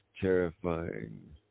terrifying